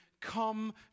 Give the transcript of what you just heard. come